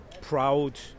proud